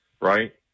right